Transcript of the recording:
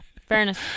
Fairness